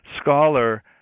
scholar